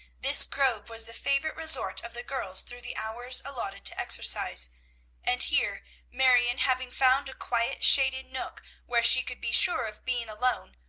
this grove was the favorite resort of the girls through the hours allotted to exercise and here marion, having found a quiet, shaded nook where she could be sure of being alone,